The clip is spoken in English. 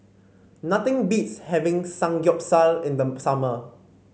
nothing beats having Samgyeopsal in them summer